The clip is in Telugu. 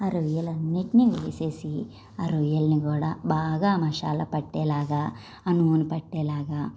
ఆ రొయ్యలన్నింటినీ వేసేసి ఆ రొయ్యల్ని కూడా బాగా మసాలా పట్టేలాగా ఆ నూనె పట్టేలాగా